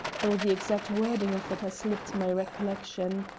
though the exact wording of it has slipped my recollection.